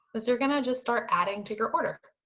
is you're gonna just start adding to your order.